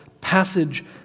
passage